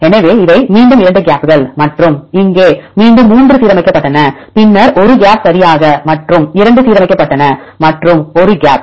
எனவே மீண்டும் 2 கேப்கள் மற்றும் இங்கே மீண்டும் 3 சீரமைக்கப்பட்டன பின்னர் 1 கேப் சரியாக மற்றும் 2 சீரமைக்கப்பட்டன மற்றும் 1 கேப்